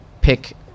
pick